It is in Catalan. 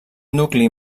nucli